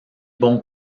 bon